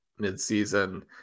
midseason